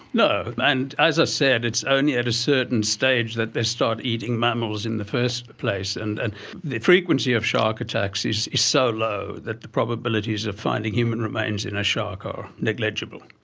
no, and as i said it's only at a certain stage that they start eating mammals in the first place. and and the frequency of shark attacks is is so low that the probabilities of finding human remains in a shark are negligible.